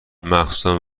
مخصوصا